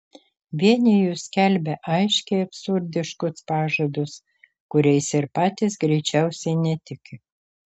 vieni jų skelbia aiškiai absurdiškus pažadus kuriais ir patys greičiausiai netiki